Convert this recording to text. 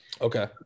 Okay